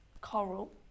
Coral